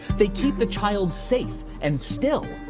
they keep the child safe and still,